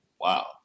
wow